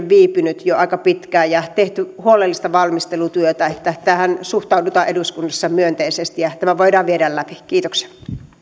viipynyt jo aika pitkään ja on tehty huolellista valmistelutyötä niin tähän suhtaudutaan eduskunnassa myönteisesti ja tämä voidaan vielä läpi kiitoksia